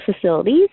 facilities